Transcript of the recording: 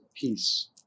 peace